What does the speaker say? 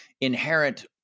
inherent